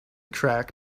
track